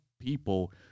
people